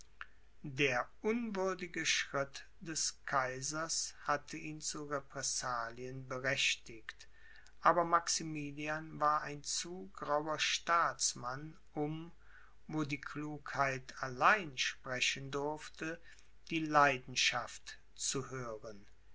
der unwürdige schritt des kaisers hatte ihn zu repressalien berechtigt aber maximilian war ein zu grauer staatsmann um wo die klugheit allein sprechen durfte die leidenschaft zu hören